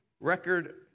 record